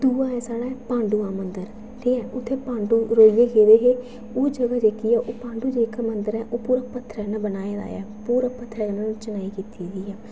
दुआ ऐ साढ़ा पांडुआं मंदर ठीक ऐ उत्थै पांडू रेहियै गेदे हे ओह् जगहा जेह्की ऐ ओह् पांडू मंदर ऐ ओह् पूरा पत्थरै कन्नै बनाए दा ऐ पूरा पत्थरै कन्नै ओह्दी चनाई कीती दी ऐ